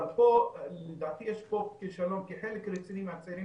אבל פה יש כישלון כי חלק רציני מהצעירים